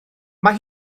mae